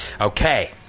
Okay